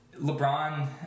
LeBron